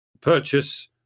Purchase